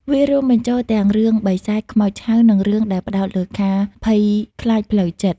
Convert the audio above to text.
វារួមបញ្ចូលទាំងរឿងបិសាច ខ្មោចឆៅ និងរឿងដែលផ្ដោតលើការភ័យខ្លាចផ្លូវចិត្ត។